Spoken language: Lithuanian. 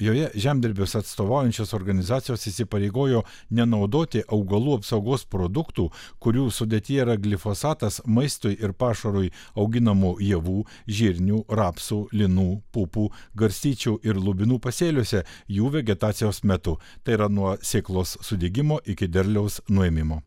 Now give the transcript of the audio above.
joje žemdirbius atstovaujančios organizacijos įsipareigojo nenaudoti augalų apsaugos produktų kurių sudėtyje yra glifosatas maistui ir pašarui auginamų javų žirnių rapsų linų pupų garstyčių ir lubinų pasėliuose jų vegetacijos metu tai yra nuo sėklos sudygimo iki derliaus nuėmimo